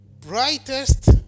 Brightest